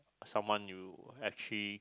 someone you actually